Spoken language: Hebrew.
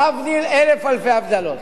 להבדיל אלף אלפי הבדלות,